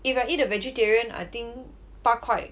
if I eat vegetarian I think 八块